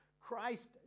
Christ